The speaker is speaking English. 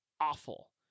awful